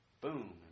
Boom